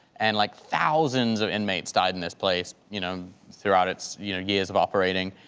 and like thousands of inmates died in this place, you know, throughout its you know years of operating.